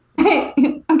Okay